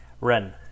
Ren